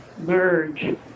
merge